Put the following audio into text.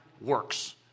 works